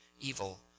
evil